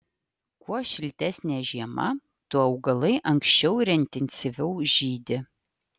kuo šiltesnė žiema tuo augalai anksčiau ir intensyviau žydi